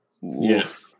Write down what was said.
Yes